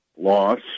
Loss